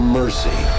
mercy